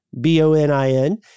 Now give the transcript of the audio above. B-O-N-I-N